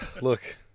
Look